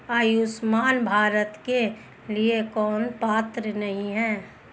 आयुष्मान भारत के लिए कौन पात्र नहीं है?